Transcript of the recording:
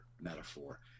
metaphor